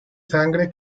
sangre